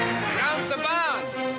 and then